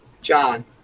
John